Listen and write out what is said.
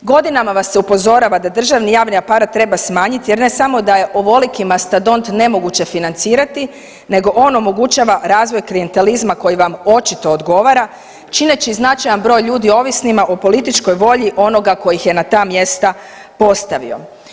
Godinama vas se upozorava da državni javni aparat treba smanjiti jer ne samo da je ovoliki mastadont nemoguće financirati nego on omogućava razvoj klijentelizma koji vam očito odgovara čineći značajan broj ovisnima o političkoj volji onoga ko ih je na ta mjesta postavio.